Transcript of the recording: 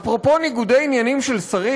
אפרופו ניגודי עניינים של שרים,